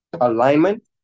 alignment